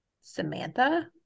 Samantha